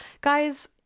guys